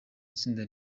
itsinda